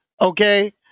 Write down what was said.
Okay